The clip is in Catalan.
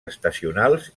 estacionals